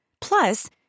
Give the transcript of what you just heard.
Plus